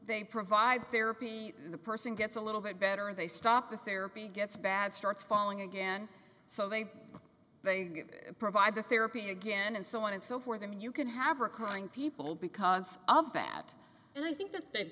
they provide therapy and the person gets a little bit better they stop the therapy gets bad starts falling again so they they provide the therapy again and so on and so forth and you can have are calling people because of bad and i think that that